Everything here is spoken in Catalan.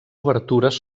obertures